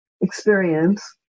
experience